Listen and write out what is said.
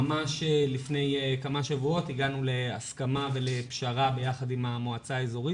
ממש לפני כמה שבועות הגענו להסכמה ולפשרה ביחד עם המועצה האזורית